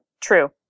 true